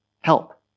help